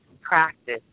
practice